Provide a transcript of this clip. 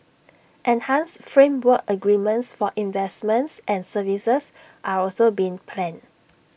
enhanced framework agreements for investments and services are also being planned